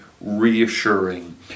reassuring